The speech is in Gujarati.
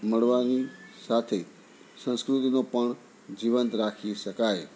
મળવાની સાથે સંસ્કૃતિનો પણ જીવંત રાખી શકાય